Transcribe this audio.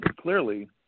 clearly